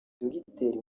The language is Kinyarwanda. dogiteri